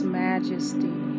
majesty